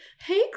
hey